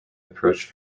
approached